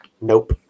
Nope